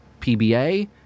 PBA